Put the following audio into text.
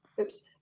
Oops